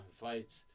fights